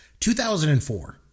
2004